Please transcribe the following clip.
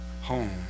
home